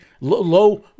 low